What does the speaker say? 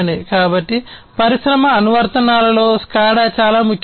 కాబట్టి పరిశ్రమ అనువర్తనాల్లో SCADA చాలా ముఖ్యమైనది